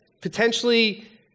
potentially